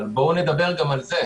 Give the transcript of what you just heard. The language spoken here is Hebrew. בואו ונדבר גם על זה.